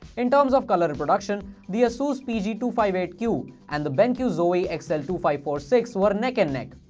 in terms of color reproduction the asus p g two five eight q and the benq zowie x l two five four six were neck-and-neck.